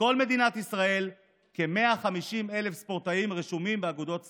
בכל מדינת ישראל כ-150,000 ספורטאים רשומים באגודות ספורט.